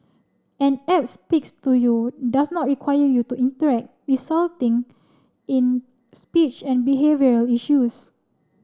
an app speaks to you does not require you to interact resulting in speech and behavioural issues